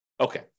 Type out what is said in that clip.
Okay